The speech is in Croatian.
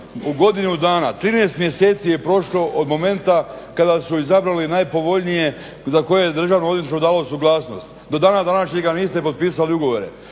u godinu dana, 13 mjeseci je prošlo od momenta kada su izabrali najpovoljnije za koje je Državno odvjetništvo dalo suglasnost. Do dana današnjega niste potpisali ugovore.